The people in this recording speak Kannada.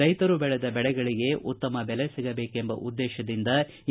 ರೈತರು ಬೆಳೆದ ಬೆಳೆಗಳಿಗೆ ಉತ್ತಮ ಬೆಲೆ ಸಿಗದೇಕೆಂಬ ಉದ್ದೇಶದಿಂದ ಎ